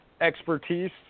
expertise